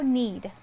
need